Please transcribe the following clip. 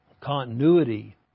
continuity